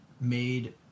made